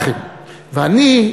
ואני,